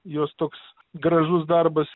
jos toks gražus darbas